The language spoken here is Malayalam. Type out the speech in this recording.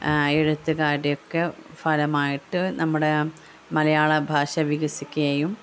എഴുത്തുകാരുടെയൊക്കെ ഫലമായിട്ട് നമ്മുടെ മലയാള ഭാഷ വികസിക്കുകയും